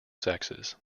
sexes